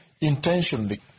intentionally